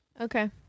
Okay